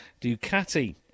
Ducati